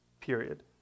period